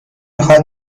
میخواد